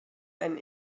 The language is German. einen